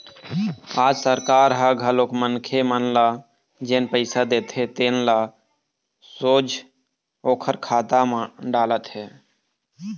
आज सरकार ह घलोक मनखे मन ल जेन पइसा देथे तेन ल सोझ ओखर खाता म डालत हे